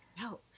no